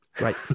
Right